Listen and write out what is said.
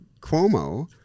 cuomo